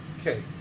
Okay